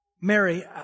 Mary